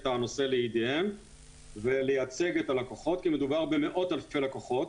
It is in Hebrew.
הנושא לידיהם ולייצג את הלקוחות כי מדובר במאות-אלפי לקוחות.